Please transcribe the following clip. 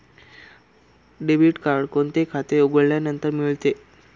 Debit card कोणते खाते उघडल्यानंतर मिळते?